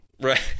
right